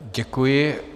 Děkuji.